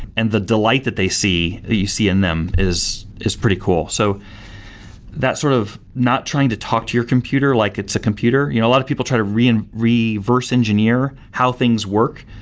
and the delight that they see, you see in them is is pretty cool. so that sort of not trying to talk to your computer like it's a computer. you know a lot of people try to reverse reverse engineer how things work,